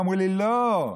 אמרו לי: לא,